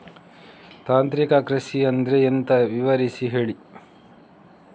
ತಾಂತ್ರಿಕ ಕೃಷಿ ಅಂದ್ರೆ ಎಂತ ವಿವರಿಸಿ ಹೇಳಿ